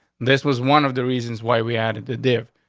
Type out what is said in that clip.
this was one of the reasons why we added the dev.